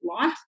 life